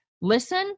listen